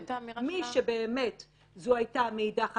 מי שזה היה לו מעידה חד-פעמית,